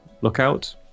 lookout